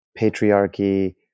patriarchy